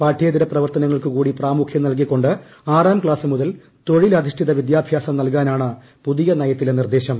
പാഠ്യേത്ര പ്രവർത്തനങ്ങൾക്കൂ കൂടി പ്രാമുഖ്യം നൽകിക്കൊണ്ട് ആറാം ക്ലാസ് മുതൽ തൊഴിലധിഷ്ഠിത വിദ്യാഭ്യാസം നൽകാനാണ് പുതിയ നയത്തിലെ നിർദ്ദേശം